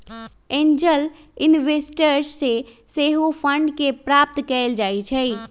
angel investors से सेहो fund के प्राप्त कएल जाइ छइ